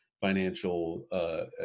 financial